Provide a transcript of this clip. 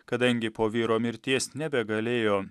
kadangi po vyro mirties nebegalėjo